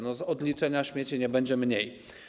No, od liczenia śmieci nie będzie mniej.